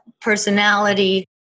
personality